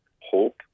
hope